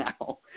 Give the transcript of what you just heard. now